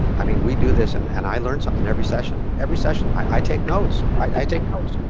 i mean we do this and and i learn something every session, every session, i take notes, i take notes.